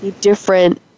different